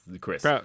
Chris